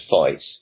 fight